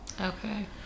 Okay